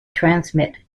transmit